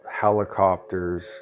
Helicopters